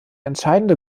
entscheidende